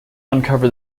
uncover